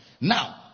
now